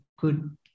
good